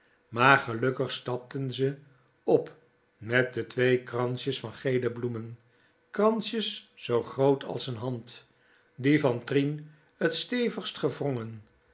maar gelukkig stapten ze op met de twee kransjes van géle bloemen kransjes zoo groot als n hand die van trien t stevigst gewrongen